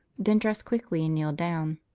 then dress quickly and kneel down.